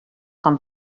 com